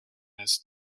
has